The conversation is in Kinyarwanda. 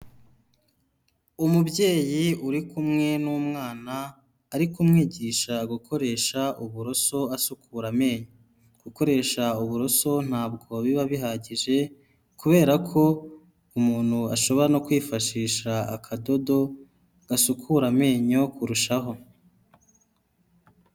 Umubyeyi uri kumwe n'umwana, ari kumwigisha gukoresha uburoso asukura amenyo, gukoresha uburoso ntabwo biba bihagije, kubera ko umuntu ashobora no kwifashisha akadodo gasukura amenyo kurushaho.